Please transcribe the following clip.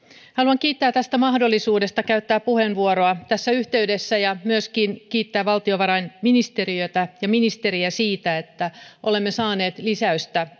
haluan kiittää tästä mahdollisuudesta käyttää puheenvuoro tässä yhteydessä ja haluan myöskin kiittää valtiovarainministeriötä ja ministeriä siitä että olemme saaneet lisäystä